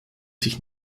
sich